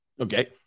Okay